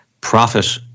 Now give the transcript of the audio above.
profit